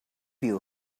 you